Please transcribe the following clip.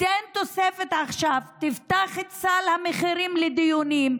תן תוספת עכשיו, תפתח את סל המחירים לדיונים.